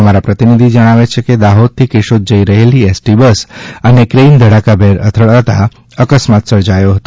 અમારા પ્રતિનિધિ જણાવે છે કે દાહોદથી કેશોદ જઈ રહેલી એસટી બસ અને ક્રેઇન ધડાકાભેર અથડાતા અકસ્માત સર્જાયો હતો